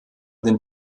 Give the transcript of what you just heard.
den